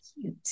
cute